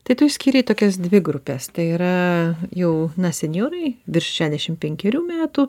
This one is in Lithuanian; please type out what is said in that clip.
tai tu išskyrei tokias dvi grupes tai yra jau na senjorai virš šešiasdešimt penkerių metų